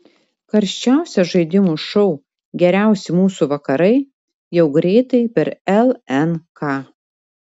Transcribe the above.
karščiausias žaidimų šou geriausi mūsų vakarai jau greitai per lnk